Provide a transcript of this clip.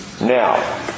now